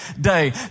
day